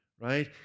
right